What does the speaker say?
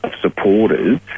supporters